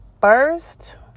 first